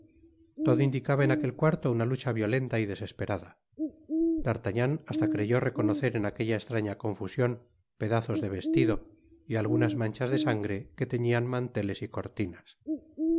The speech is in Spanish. todo indicaba en aquel cuarto una lucha violenta y desesperada d'artagnan hasta creyó reconocer en aquella estraña confusion pedazos de vestido y algunas manchas de sangre que teñian manteles y cortinas